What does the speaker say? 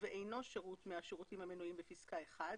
ואינו שירות מהשירותים המנויים בפסקה (1)